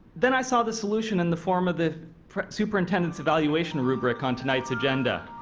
then i saw the solution in the form of the superintendent evaluation rubric on tonight's agenda.